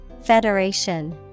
Federation